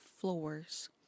floors